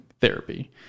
therapy